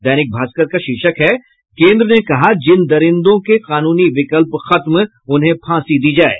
दैनिक भास्कर का शीर्षक है केन्द्र ने कहा जिन दरिंदों के कानूनी विकल्प खत्म उन्हें फांसी दी जाये